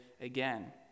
again